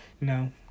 No